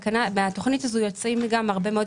מהתוכנית הזאת יוצאות גם הרבה מאוד